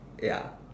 ya